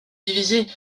divisé